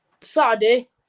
Saturday